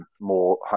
more